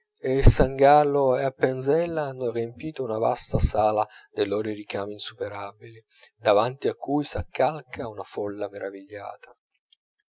san gallo e appenzel hanno riempito una vasta sala dei loro ricami insuperabili davanti a cui s'accalca una folla meravigliata